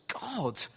God